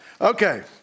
Okay